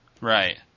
Right